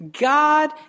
God